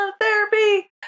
therapy